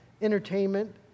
entertainment